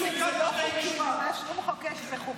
אתה לא מבין שמה שאנחנו מחוקקים הוא לא חוקי,